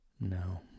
No